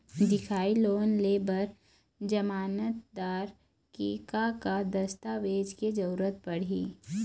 दिखाही लोन ले बर जमानतदार के का का दस्तावेज के जरूरत पड़ही?